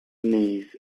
knees